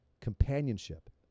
companionship